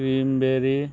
क्रीमबेरी